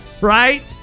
Right